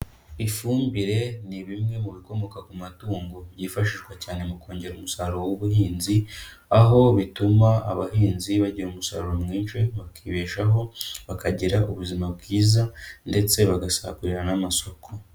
Ifumbire ni bimwe mu bikomoka ku matungo byifashishwa cyane mu kongera umusaruro w'ubuhinzi, aho bituma abahinzi bagira umusaruro mwinshi bakibeshaho bakagira ubuzima bwiza ndetse bagasagurira n'amasoko.